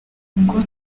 ngo